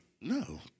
No